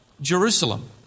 Jerusalem